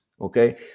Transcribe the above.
okay